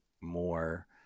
more